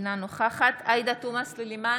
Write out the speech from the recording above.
אינה נוכחת עאידה תומא סלימאן,